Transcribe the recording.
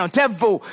devil